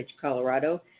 Colorado